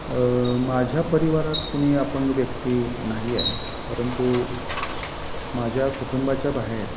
माझ्या परिवारात कुणी आपण व्यक्ती नाही आहे परंतु माझ्या कुटुंबाच्या बाहेर